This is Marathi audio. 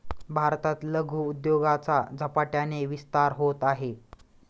भारतात लघु उद्योगाचा झपाट्याने विस्तार होत आहे